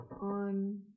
on